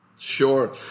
Sure